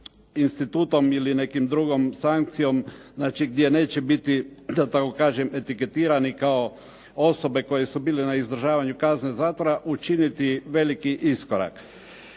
institutom ili nekom drugom sankcijom, znači gdje neće biti da tako kažem etiketirani kao osobe koje su bile na izdržavanju kazne zatvora učiniti veliki iskorak.